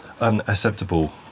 Unacceptable